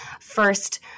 First